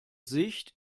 sicht